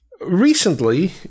Recently